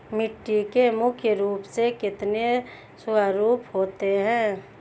मिट्टी के मुख्य रूप से कितने स्वरूप होते हैं?